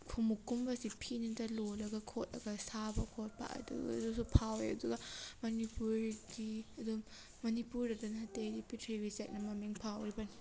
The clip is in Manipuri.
ꯈꯨꯝꯃꯨꯛ ꯀꯨꯝꯕꯁꯦ ꯐꯤꯅꯗ ꯂꯣꯜꯂꯒ ꯁꯥꯕ ꯈꯣꯠꯄ ꯑꯗꯨꯁꯨ ꯐꯥꯎꯋꯦ ꯑꯗꯨꯒ ꯃꯅꯤꯄꯨꯔꯒꯤ ꯑꯗꯨꯝ ꯃꯅꯤꯄꯨꯔꯗꯗ ꯅꯠꯇꯦ ꯍꯥꯏꯗꯤ ꯄ꯭ꯔꯤꯊ꯭ꯔꯤꯕꯤ ꯆꯠꯅ ꯃꯃꯤꯡ ꯐꯥꯎꯔꯤꯕꯅꯤ